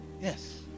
Yes